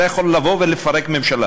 אתה יכול לבוא ולפרק ממשלה